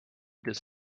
does